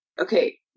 okay